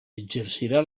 exercirà